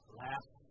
last